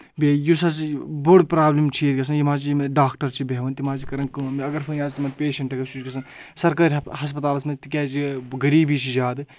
بیٚیہِ یُس حظ بوٚڑ پرابلِم چھِ ییٚتہِ گژھان یِم حظ چھِ یِم ڈاکٹر چھِ بیٚہوان تِم حظ چھِ کَرَان کٲم اگر فون حظ تِمَن پیشَنٹ گٔژھ سُہ چھُ گژھان سرکٲری ہَسپَتالَس منٛز تِکیازِ غریٖبی چھِ زیادٕ